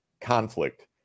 conflict